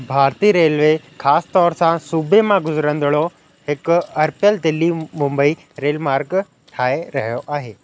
Bharti railway ख़ासि तौर सां सूबे मां गुज़रंदड़ हिकु अर्प्यल दिल्ली मुंबई रेल मार्ग ठाहे रहियो आहे